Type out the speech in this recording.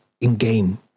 in-game